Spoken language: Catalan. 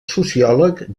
sociòleg